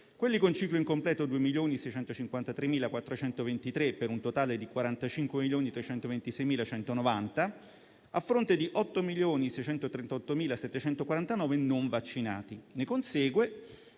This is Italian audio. quelli con ciclo incompleto 2.653.423, per un totale di 45.326.190, a fronte di 8.638.749 non vaccinati. Ne consegue